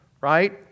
right